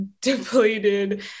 depleted